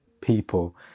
people